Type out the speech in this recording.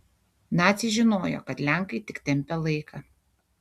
naciai žinojo kad lenkai tik tempia laiką